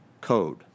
code